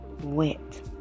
wet